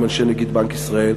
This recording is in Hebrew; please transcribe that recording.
עם אנשי נגיד בנק ישראל.